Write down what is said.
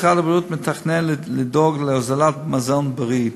משרד הבריאות מתכנן לדאוג להוזלת מזון בריא,